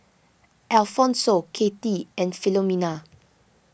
Alfonso Kathie and Filomena